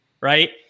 right